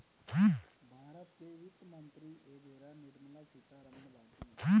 भारत के वित्त मंत्री एबेरा निर्मला सीता रमण बाटी